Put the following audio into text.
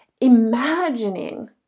imagining